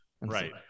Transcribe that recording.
Right